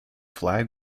flag